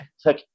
took